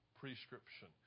prescription